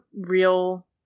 real